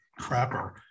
crapper